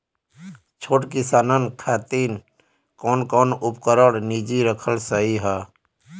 छोट किसानन खातिन कवन कवन उपकरण निजी रखल सही ह?